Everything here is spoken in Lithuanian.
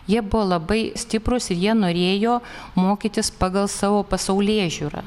jie buvo labai stiprūs ir jie norėjo mokytis pagal savo pasaulėžiūrą